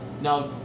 Now